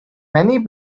many